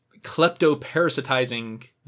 kleptoparasitizing